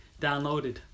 downloaded